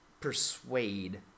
persuade